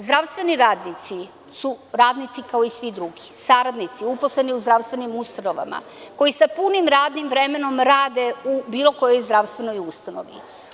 Zdravstveni radnici su radnici kao i svi drugi, saradnici, uposleni u zdravstvenim ustanovama, koji sa punim radnim vremenom rade u bilo kojoj zdravstvenoj ustanovi.